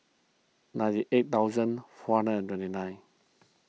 ninety eight thousand four hundred and twenty nine